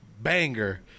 banger